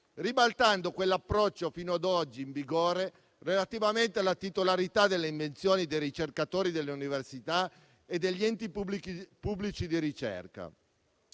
ribaltando l'approccio fino ad oggi in vigore relativamente alla titolarità delle invenzioni dei ricercatori delle università e degli enti pubblici di ricerca.